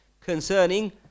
concerning